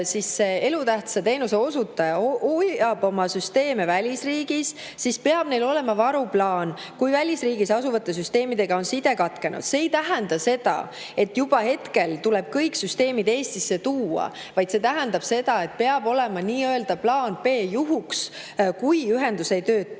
Kui elutähtsa teenuse osutaja hoiab oma süsteeme välisriigis, siis peab neil olema varuplaan juhuks, kui välisriigis asuvate süsteemidega on side katkenud. See ei tähenda seda, et juba praegu tuleb kõik süsteemid Eestisse tuua, vaid see tähendab seda, et peab olema nii-öelda plaan B juhuks, kui ühendus ei tööta.